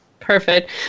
Perfect